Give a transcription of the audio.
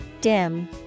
Dim